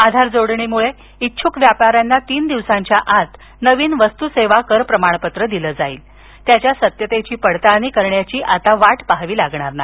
आधार जोडणीमुळे इच्छुक व्यापाऱ्यांना तीन दिवसांच्या आत नवीन वस्तू सेवा कर प्रमाणपत्र दिलं जाईल त्याच्या सत्यतेची पडताळणी करण्याची आता वाट पाहवी लागणार नाही